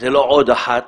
זו לא עוד אחת